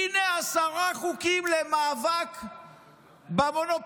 הינה עשרה חוקים למאבק במונופולים.